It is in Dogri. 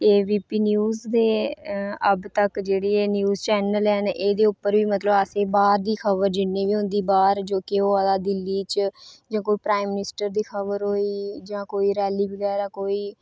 ए बी पी न्यूज दे अज्ज तक जेह्ड़े न्यूज चैनल हैन एह्दे उप्पर बी मतलब असेंई बाह्र दी खबर जिन्नी बी होंदी बाह्र जो की केह् दा दिल्ली च जा कोई प्राइम मनिस्टर होई गे जां कोई रैली बगैरा कोई